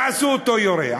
תעשו אותו יורה.